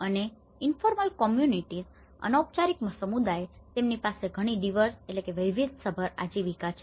અને informal communities informal communities અનૌપચારિક સમુદાયો તેમની પાસે ઘણી ડિવર્સ diverse વૈવિધ્યસભર આજીવિકા છે